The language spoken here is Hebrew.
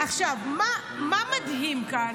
מה מדהים כאן?